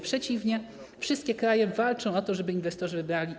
Przeciwnie, wszystkie kraje walczą o to, żeby inwestorzy je wybrali.